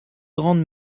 grande